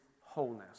wholeness